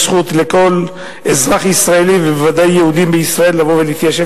יש זכות לכל אזרח ישראלי ובוודאי יהודי בישראל לבוא ולהתיישב.